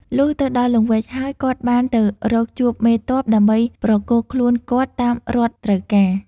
លុះទៅដល់លង្វែកហើយ គាត់បានទៅរកជួបមេទ័ព ដើម្បីប្រគល់ខ្លួនគាត់តាមរដ្ឋត្រូវការ ។